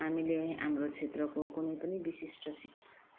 हामीले हाम्रो क्षेत्रको कुनै पनि विशिष्ट सि